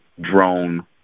drone